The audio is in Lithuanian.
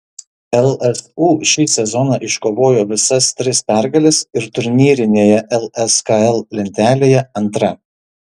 lsu šį sezoną iškovojo visas tris pergales ir turnyrinėje lskl lentelėje antra